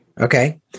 Okay